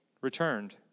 returned